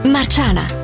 Marciana